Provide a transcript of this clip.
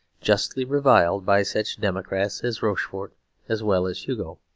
justly reviled by such democrats as rochefort as well as hugo.